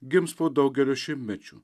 gims po daugelio šimtmečių